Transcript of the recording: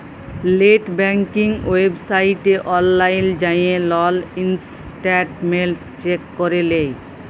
late banking ওয়েবসাইটে অললাইল যাঁয়ে লল ইসট্যাটমেল্ট চ্যাক ক্যরে লেই